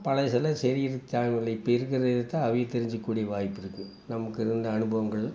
பழசெல்லாம் இப்ப இருக்கிறதைய தான் அவிங்க தெரிஞ்சுக்கக்கூடிய வாய்ப்பிருக்குது நமக்கு இருந்த அனுபவங்கள்